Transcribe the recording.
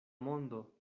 mondo